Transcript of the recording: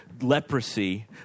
leprosy